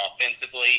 offensively